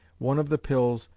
one of the pills,